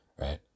right